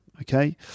okay